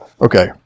Okay